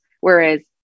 Whereas